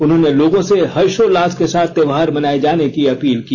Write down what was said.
उन्होंने लोगों से हर्षोल्लास के साथ त्यौहार मनाये जाने की अपील की